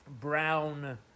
brown